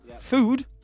Food